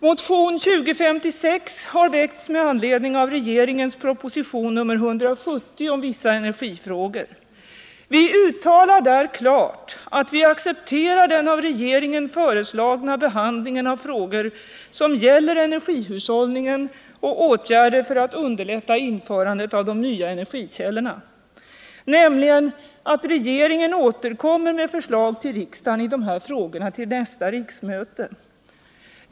Motion 2056 har väckts med anledning av regeringens proposition nr 170 om vissa energifrågor. Vi uttalar där klart att vi accepterar den av regeringen föreslagna behandlingen av frågor som gäller energihushållningen och åtgärder för att underlätta införandet av de nya energikällorna — nämligen att regeringen återkommer med förslag till riksdagen i de här frågorna till nästa 169 riksmöte.